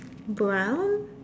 brown